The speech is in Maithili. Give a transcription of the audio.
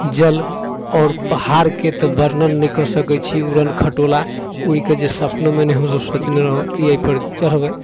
जल आओर पहाड़के तऽ वर्णन नहि कऽ सकैत छी उड़न खटोला उड़िके जे सपनोमे नहि हमसभ सोचने रहौ कि एहि पर चढ़बै